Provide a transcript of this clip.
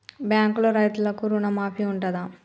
బ్యాంకులో రైతులకు రుణమాఫీ ఉంటదా?